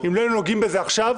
אם לא היינו קובעים בזה עכשיו